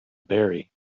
berry